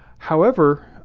however,